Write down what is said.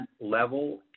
level